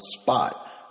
spot